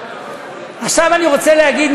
עכשיו אני רוצה להגיד,